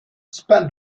spent